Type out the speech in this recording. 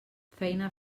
feina